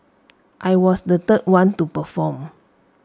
I was the third one to perform